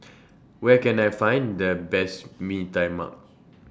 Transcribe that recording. Where Can I Find The Best Bee Tai Mak